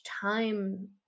time